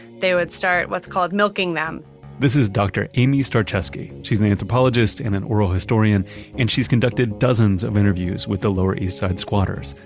they would start what's called milking them this is dr. amy starecheski. she's an anthropologist and an oral historian and she's conducted dozens of interviews with the lower east side squatters,